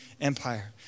Empire